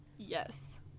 Yes